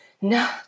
no